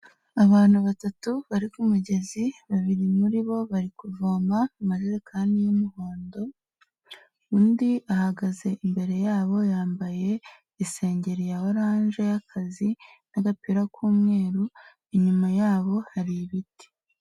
Abantu batatu bari ku mugezi, babiri muri bo bari kuvoma amajerekani y'umuhondo undi ahagaze imbere yabo yambaye isengeri ya oranje y'akazi n'agapira k'umweru, inyuma yabo hari ibiti.